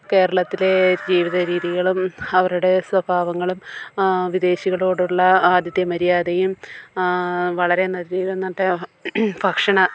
കേരളത്തിലെ ജീവിത രീതികളും അവരുടെ സ്വഭാവങ്ങളും വിദേശികളോടുള്ള ആദിത്യ മര്യാദയും വളരെ നല്ലൊരു ഭക്ഷണ